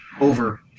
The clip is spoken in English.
over